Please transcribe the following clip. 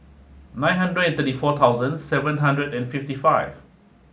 nine hundred thirty four thousand seven hundred and fifty five